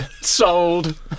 Sold